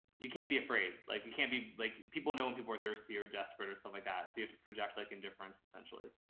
you can't be afraid. like you can't be like, people know when people are thirsty or desperate or stuff so like that. so you have to project like indifference essentially.